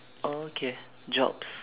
oh okay jobs